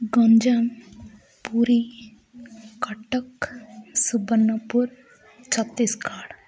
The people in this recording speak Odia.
ଗଞ୍ଜାମ ପୁରୀ କଟକ ସୁବର୍ଣ୍ଣପୁର ଛତିଶଗଡ଼